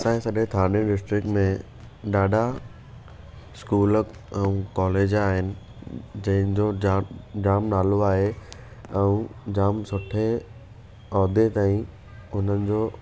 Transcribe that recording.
असांजे सॼे थाने डिस्ट्रिक्ट में ॾाढा स्कूल ऐं कॉलेज आहिनि जंहिंजो जाम नालो आहे ऐं जाम सुठे औहदे ताईं हुननि जो